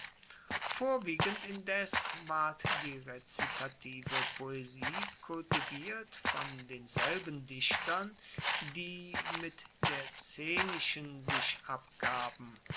vorwiegend indes ward die rezitative poesie kultiviert von denselben dichtern die mit der szenischen sich abgaben